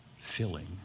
filling